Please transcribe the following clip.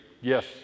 Yes